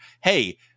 Hey